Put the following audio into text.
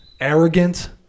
arrogant